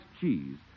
cheese